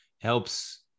helps